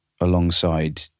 alongside